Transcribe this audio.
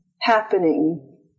happening